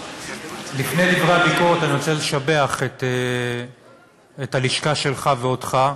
לפני דברי הביקורת אני רוצה לשבח את הלשכה שלך ואותך.